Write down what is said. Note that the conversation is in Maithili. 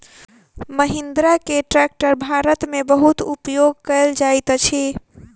महिंद्रा के ट्रेक्टर भारत में बहुत उपयोग कयल जाइत अछि